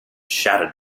shattered